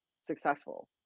successful